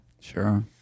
Sure